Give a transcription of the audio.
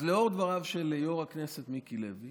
אז לאור דבריו של יו"ר הכנסת מיקי לוי